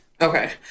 Okay